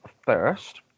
first